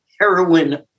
heroin